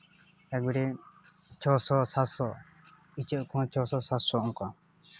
ᱮᱠᱵᱟᱨᱮ ᱪᱷᱚ ᱥᱚ ᱥᱟᱛ ᱥᱚ ᱤᱪᱟᱹᱜ ᱦᱟᱹᱠᱩ ᱦᱚᱸ ᱪᱷᱚ ᱥᱚ ᱥᱟᱛ ᱥᱚ ᱚᱱᱠᱟ